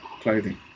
clothing